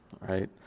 right